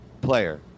player